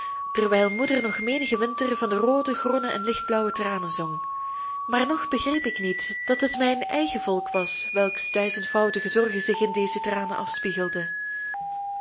terwijl moeder nog menigen winter van de roode groene en lichtblauwe tranen zong maar nog begreep ik niet dat het mijn eigen volk was welks duizendvoudige zorgen zich in deze tranen afspiegelden